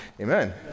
Amen